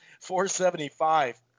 475